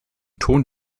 ton